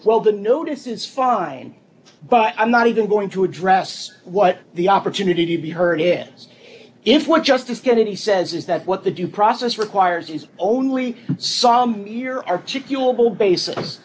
well the notice is fine but i'm not even going to address what the opportunity to be heard in if one justice kennedy says is that what the due process requires is only some year arctic you will basis